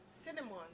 cinnamon